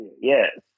Yes